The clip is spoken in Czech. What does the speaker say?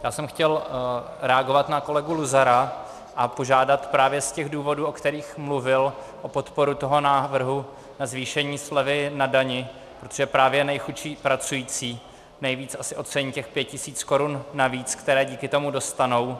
Já jsem chtěl reagovat na kolegu Luzara a požádat právě z těch důvodů, o kterých mluvil, o podporu návrhu na zvýšení slevy na dani, protože právě nejchudší pracující nejvíc asi ocení těch 5 tisíc korun navíc, které díky tomu dostanou.